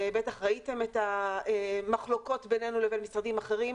בטח ראיתים את המחלוקות ביננו לבין משרדים אחרים,